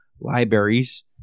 libraries